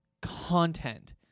content